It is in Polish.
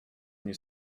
mnie